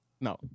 No